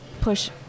push